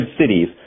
cities